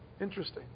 Interesting